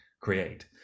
create